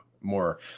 more